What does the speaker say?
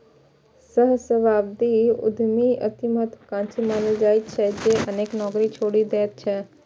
सहस्राब्दी उद्यमी अति महात्वाकांक्षी मानल जाइ छै, जे अनेक नौकरी छोड़ि दैत छै